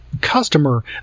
customer